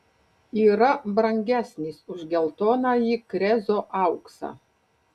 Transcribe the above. yra brangesnis už geltonąjį krezo auksą